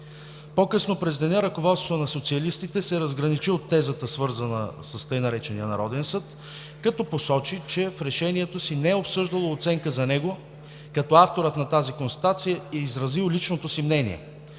По-късно през деня ръководството на социалистите се разграничи от тезата, свързана с така наречения Народен съд, като посочи, че в решението си не е обсъждало оценка за него, а авторът на тази констатация е изразил личното си мнение.